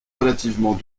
relativement